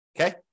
Okay